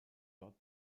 dort